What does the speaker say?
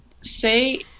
say